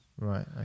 right